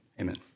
amen